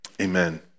Amen